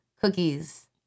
cookies